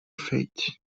fate